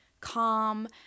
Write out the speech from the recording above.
calm